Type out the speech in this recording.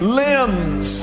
limbs